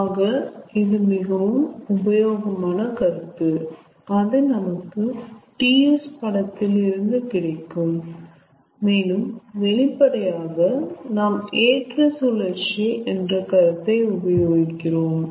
ஆக இது மிகவும் உபயோகமான கருத்து அது நமக்கு T S படத்தில் இருந்து கிடைக்கும் மேலும் வெளிப்படையாக நாம் ஏற்ற சுழற்சி என்ற கருத்தை உபயோகிக்கிறோம்